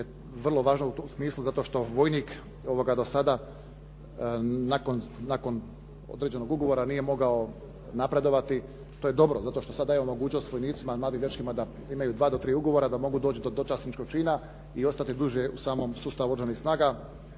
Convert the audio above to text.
što je vrlo važno u tom smislu zato što vojnik do sada nakon određenog ugovora nije mogao napredovati. To je dobro zato što sad dajemo mogućnost vojnicima mladim dečkima da imaju dva do tri ugovora da mogu doći do dočasničkog čina i ostati duže u samom sustavu oružanih snaga